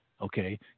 okay